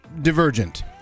Divergent